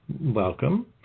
Welcome